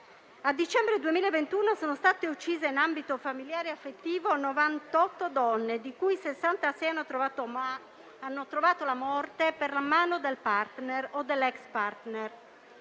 A dicembre 2021 sono state uccise in ambito di relazioni familiari o affettive 98 donne, di cui 66 hanno trovato la morte per la mano del *partner* o dell'ex *partner.*